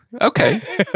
okay